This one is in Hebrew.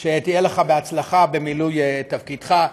בהצלחה במילוי תפקידך.